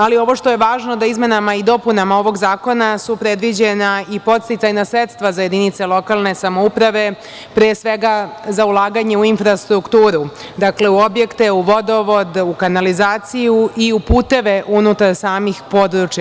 Ali, ovo što je važno da izmenama i dopunama ovog zakona su predviđena i podsticajna sredstva za jedinice lokalne samouprave, pre svega za ulaganje u infrastrukturu, dakle, u objekte, u vodovod, u kanalizaciju i u puteve unutar samih područja.